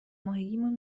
ماهگیمون